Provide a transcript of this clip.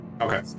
Okay